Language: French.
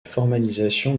formalisation